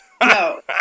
No